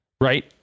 Right